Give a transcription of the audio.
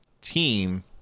team